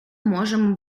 можемо